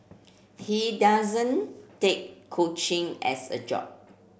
he doesn't take coaching as a job